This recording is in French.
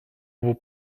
vos